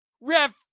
Ref